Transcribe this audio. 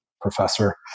professor